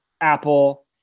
Apple